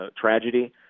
Tragedy